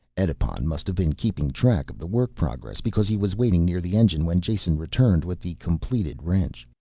edipon must have been keeping track of the work progress because he was waiting near the engine when jason returned with the completed wrench.